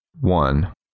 one